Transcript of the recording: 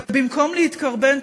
ובמקום להתקרבן,